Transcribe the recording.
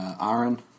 Aaron